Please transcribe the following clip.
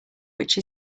which